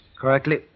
Correctly